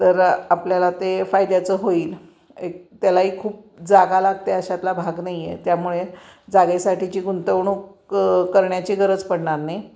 तर आपल्याला ते फायद्याचं होईल एक त्यालाही खूप जागा लागते अशातला भाग नाही आहे त्यामुळे जागेसाठीची गुंतवणूक करण्याची गरज पडणार नाही